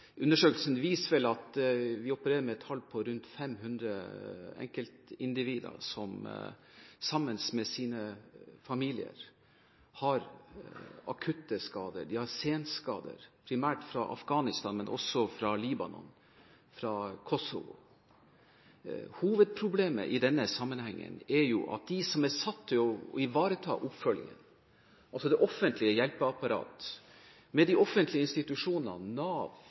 Undersøkelsen viser vel at vi opererer med et tall på rundt 500 enkeltindivider som sammen med sine familier har fått akutte skader. De har senskader, primært fra Afghanistan, men også fra Libanon og fra Kosovo. Hovedproblemet i denne sammenhengen er at de som er satt til å ivareta oppfølgingen – altså det offentlige hjelpeapparatet med de offentlige institusjonene Nav,